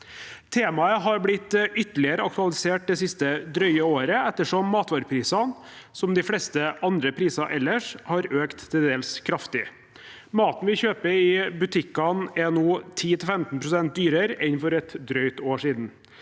Temaet har blitt ytterligere aktualisert det siste drøye året ettersom matvareprisene, som de fleste priser ellers, har økt til dels kraftig. Maten vi kjøper i butikkene, er nå 10–15 pst. dyrere enn for et drøyt år siden.